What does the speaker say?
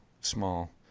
small